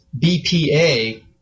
BPA